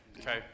Okay